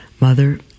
Mother